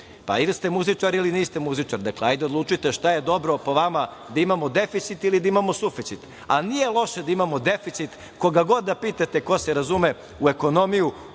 Pa, ili ste muzičar ili niste muzičar. Hajde odlučite šta je dobro po vama, da imamo deficit ili da imamo suficit, ali nije loše da imamo deficit, koga god da pitate ko se razume u ekonomiju,